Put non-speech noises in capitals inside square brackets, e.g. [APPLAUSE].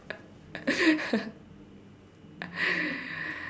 [LAUGHS]